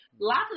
Lots